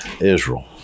Israel